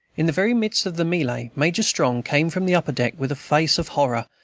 in the very midst of the melee major strong came from the upper deck, with a face of horror,